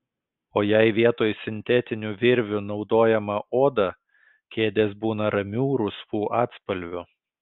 o jei vietoj sintetinių virvių naudojama oda kėdės būna ramių rusvų atspalvių